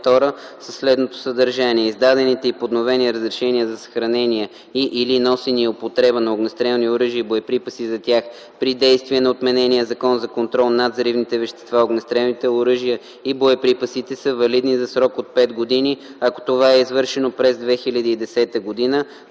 със следното съдържание: